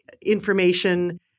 information